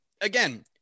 again